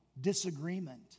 disagreement